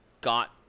got